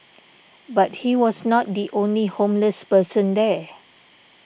but he was not the only homeless person there